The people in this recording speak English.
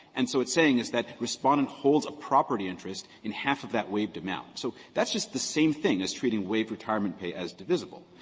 and so it's saying that respondent holds a property interest in half of that waived amount. so that's just the same thing as treating waived retirement pay as divisible.